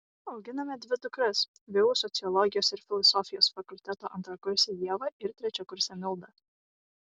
auginame dvi dukras vu sociologijos ir filosofijos fakulteto antrakursę ievą ir trečiakursę mildą